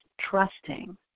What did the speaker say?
trusting